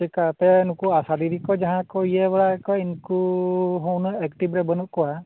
ᱪᱤᱠᱟᱹᱛᱮ ᱱᱩᱠᱩ ᱟᱥᱟ ᱫᱤᱫᱤ ᱠᱚ ᱡᱟᱦᱟᱸᱭ ᱠᱚ ᱤᱭᱟᱹ ᱵᱟᱲᱟᱭᱟᱠᱚ ᱩᱱᱠᱩ ᱦᱚᱸ ᱩᱱᱟᱹᱜ ᱮᱠᱴᱤᱵᱽ ᱨᱮ ᱵᱟᱹᱱᱩᱜ ᱠᱚᱣᱟ